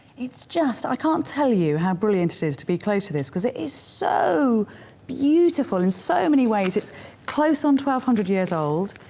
it's just. i can't tell you how brilliant it is to be close to this because it is so beautiful in so many ways it's close on twelve hundred years old,